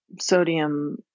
Sodium